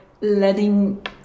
letting